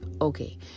Okay